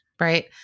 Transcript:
Right